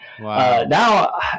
Now